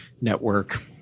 network